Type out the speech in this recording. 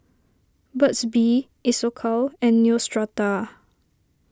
Burt's Bee Isocal and Neostrata